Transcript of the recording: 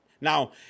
Now